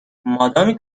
مادامی